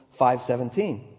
5.17